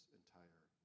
entire